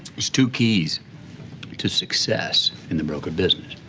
there's two keys to success in the broker business.